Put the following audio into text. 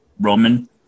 Roman